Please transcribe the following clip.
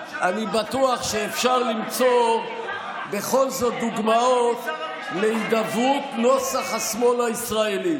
אבל אני בטוח שאפשר למצוא בכל זאת דוגמאות להידברות נוסח השמאל הישראלי.